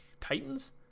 Titans